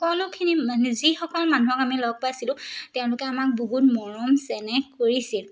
সকলোখিনি মানে যিসকল মানুহক আমি লগ পাইছিলোঁ তেওঁলোকে আমাক বহুত মৰম চেনেহ কৰিছিল